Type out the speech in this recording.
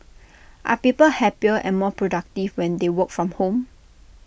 are people happier and more productive when they work from home